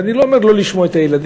ואני לא אומר לא לשמוע את הילדים.